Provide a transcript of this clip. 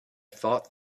thought